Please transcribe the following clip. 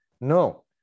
No